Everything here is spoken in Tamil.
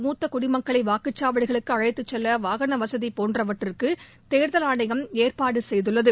மூத்த குடிமக்களை வாக்குச்சாவடிகளுக்கு அழைத்துச்செல்ல வாகன வசதி போன்றவற்றுக்கு தேர்தல் ஆணையம் ஏற்பாடு செய்துள்ளது